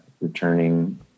returning